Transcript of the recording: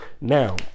now